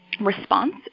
Response